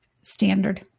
standard